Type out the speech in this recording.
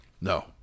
No